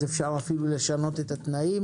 אפשר אפילו לשנות את התנאים